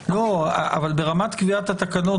ברמת קביעת התקנות,